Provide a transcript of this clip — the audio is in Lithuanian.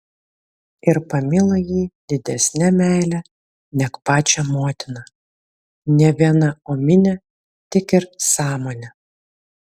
ir pamilo jį didesne meile neg pačią motiną ne viena omine tik ir sąmone